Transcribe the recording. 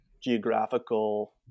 geographical